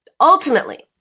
ultimately